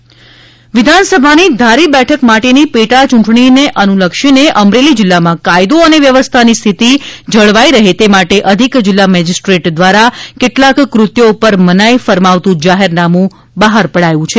ધારી બેઠક પેટા ચૂંટણી વિધાનસભાની ધારી બેઠક માટેની પેટાયૂંટણી અનુલક્ષીને અમરેલી જિલ્લામાં કાયદો અને વ્યવસ્થાની સ્થિતિ જળવાઈ રહે તે માટે અધિક જિલ્લા મેજિસ્ટ્રેટ દ્વારા કેટલાક કૃત્યો પર મનાઈ ફરમાવતું જાહેરનામું બહાર પડાયું છે